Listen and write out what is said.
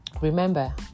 Remember